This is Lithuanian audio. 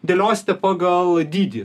dėliosite pagal dydį